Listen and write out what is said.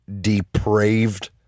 depraved